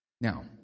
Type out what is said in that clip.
Now